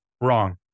Wrong